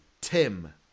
Tim